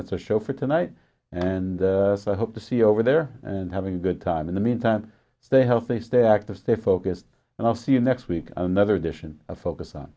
that's a show for tonight and i hope to see over there and having a good time in the meantime stay healthy stay active stay focused and i'll see you next week another edition of focus on